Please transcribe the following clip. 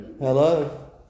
Hello